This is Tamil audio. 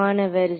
மாணவர் 0